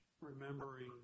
remembering